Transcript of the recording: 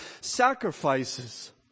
sacrifices